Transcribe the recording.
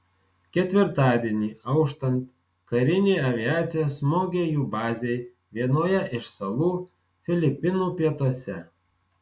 ketvirtadienį auštant karinė aviacija smogė jų bazei vienoje iš salų filipinų pietuose